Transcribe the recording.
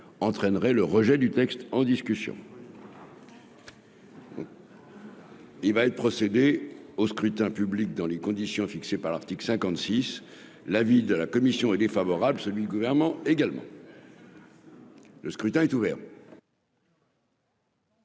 entraînerait le rejet du texte en discussion. Il va être procédé au scrutin public dans les conditions fixées par l'article 56 l'avis de la commission est défavorable celui le gouvernement également. Le scrutin est ouvert.